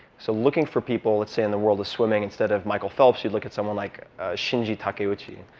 so looking for people, let's say in the world of swimming, instead of michael phelps, you'd look at someone like shinji takeuchi.